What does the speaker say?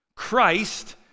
Christ